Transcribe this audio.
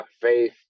faith